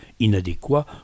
inadéquats